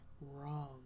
wrong